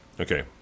Okay